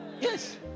Yes